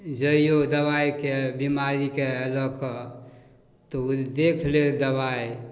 जाइऔ दवाइके बेमारीके लऽ कऽ तऽ ओ देखि लेत दवाइ